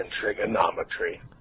trigonometry